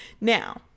now